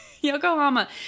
Yokohama